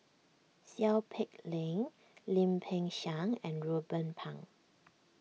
Seow Peck Leng Lim Peng Siang and Ruben Pang